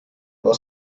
war